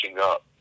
up